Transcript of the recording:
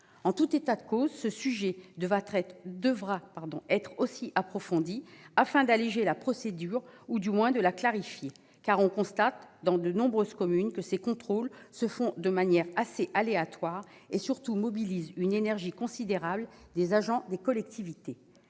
En tout état de cause, ce sujet devra être lui aussi approfondi afin d'alléger la procédure ou du moins de la clarifier. On constate en effet dans de nombreuses communes que ces contrôles se font de manière assez aléatoire, et surtout mobilisent une énergie considérable des agents des collectivités.